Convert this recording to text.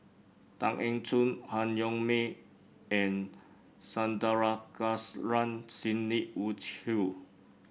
Tan Eng Joo Han Yong May and Sandrasegaran Sidney Woodhull